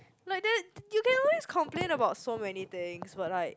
like that you can always complain about so many things but like